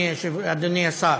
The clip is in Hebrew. אדוני השר,